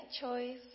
choice